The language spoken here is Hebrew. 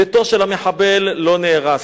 ביתו של המחבל לא נהרס.